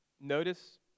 Notice